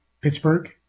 Pittsburgh